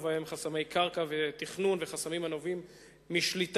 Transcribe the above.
ובהם חסמי קרקע ותכנון וחסמים הנובעים משליטה